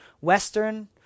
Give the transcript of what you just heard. Western